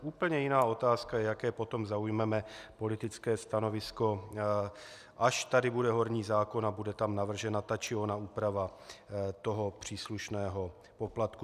Úplně jiná otázka je, jaké potom zaujmeme politické stanovisko, až tady bude horní zákon a bude tam navržena ta či ona úprava toho příslušného poplatku.